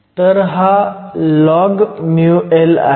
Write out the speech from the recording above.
तर हा log μL आहे